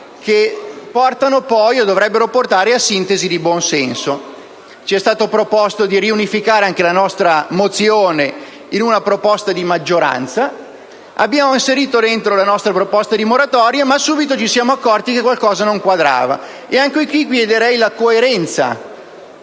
che portano poi, o dovrebbero portare, a sintesi di buonsenso. Ci è stato proposto di far confluire la nostra mozione in una proposta di maggioranza; vi abbiamo inserito all'interno le nostre proposte di moratoria, ma subito ci siamo accorti che qualcosa non quadrava. E anche qui chiederei coerenza